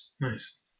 Nice